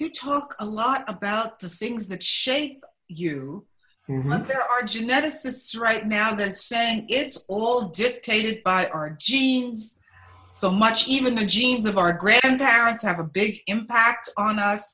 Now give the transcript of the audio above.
you talk a lot about the things that shape you there are geneticists right now that's saying it's all dictated by our genes so much even the genes of our grandparents have a big impact on us